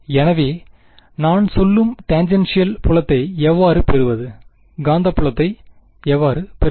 எனவே நான் சொல்லும் டேன்ஜெண்ஷியல் புலத்தை எவ்வாறு பெறுவது காந்தப்புலத்தை எவ்வாறு பெறுவது